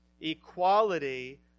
Equality